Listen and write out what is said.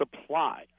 supply